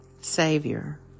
Savior